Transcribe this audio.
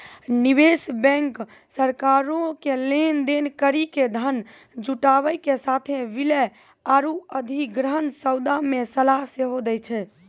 निवेश बैंक सरकारो के लेन देन करि के धन जुटाबै के साथे विलय आरु अधिग्रहण सौदा मे सलाह सेहो दै छै